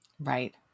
Right